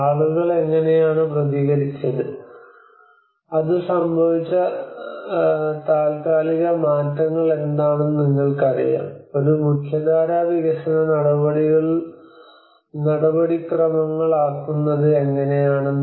ആളുകൾ എങ്ങനെയാണ് പ്രതികരിച്ചത് അത് സംഭവിച്ച താൽക്കാലിക മാറ്റങ്ങൾ എന്താണെന്ന് നിങ്ങൾക്കറിയാം ഒരു മുഖ്യധാരാ വികസന നടപടിക്രമങ്ങളാക്കുന്നത് എങ്ങനെയെന്ന്